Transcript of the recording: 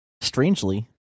Strangely